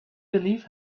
believe